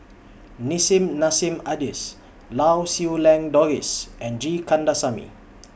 Nissim Nassim Adis Lau Siew Lang Doris and G Kandasamy